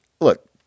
look